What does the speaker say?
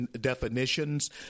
definitions